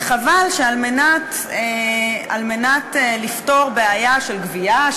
וחבל שעל מנת לפתור בעיה של גבייה,